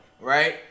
right